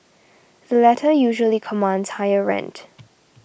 the latter usually commands higher rent